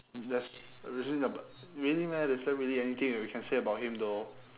that's reasoning about really meh is there really anything that we can say about him though